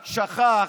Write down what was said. רק שכח,